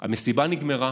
המסיבה נגמרה,